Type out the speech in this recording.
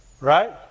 Right